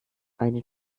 eine